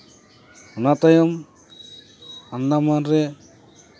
ᱚᱱᱟ ᱛᱟᱭᱚᱢ ᱟᱱᱫᱟᱢᱟᱱ ᱨᱮ